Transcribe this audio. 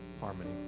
harmony